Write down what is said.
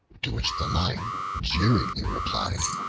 to which the lion jeeringly replied,